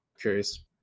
Curious